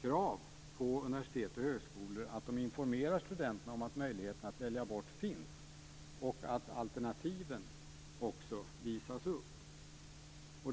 krav på universitet och högskolor att studenterna informeras om att det finns möjlighet att välja bort djurförsök och också att alternativen visas upp.